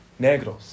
negros